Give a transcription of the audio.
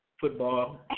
football